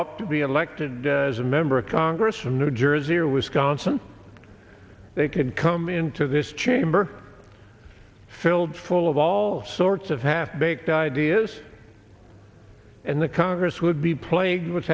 up to be elected as a member of congress from new jersey or wisconsin they could come into this chamber filled full of all sorts of half baked ideas and the congress would be plagued with